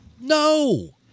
No